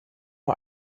nur